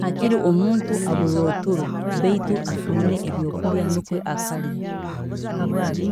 Hakire omuntu abura oturo baitu atungire ebyokurya nikwe akarya, habwaaki,